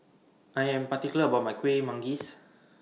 I Am particular about My Kueh Manggis